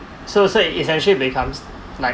so so it's essentially becomes like